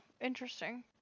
interesting